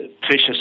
precious